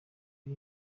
iri